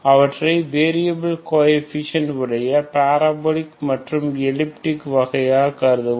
அவற்றை variable coefficient உடைய parabolic மற்றும் எலிப்டிக் வகையாக கருதுகிறோம்